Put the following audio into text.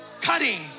Cutting